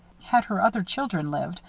had her other children lived,